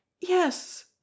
Yes